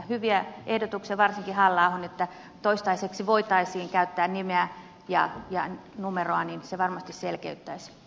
hyviä ehdotuksia varsinkin se halla ahon ehdotus että toistaiseksi voitaisiin käyttää nimeä ja numeroa se varmasti selkeyttäisi